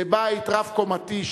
בבית רב-קומתי,